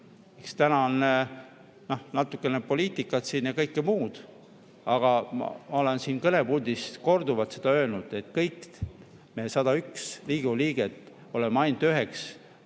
täna on natukene poliitikat siin ja kõike muud, aga ma olen siit kõnepuldist korduvalt öelnud, et kõik me 101 Riigikogu liiget oleme ainult ühel